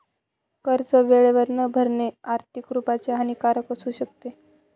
कर्ज वेळेवर न भरणे, आर्थिक रुपाने हानिकारक असू शकते